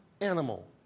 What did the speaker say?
animal